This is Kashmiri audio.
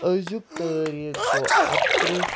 أزیُک تٲریٖخ گوٚو اَکتٕرٛہ